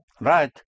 right